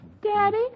Daddy